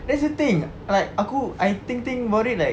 that's the thing like aku I think think about it like